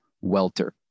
Welter